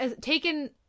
taken